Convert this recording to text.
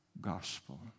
gospel